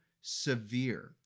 severe